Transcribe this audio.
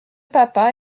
papas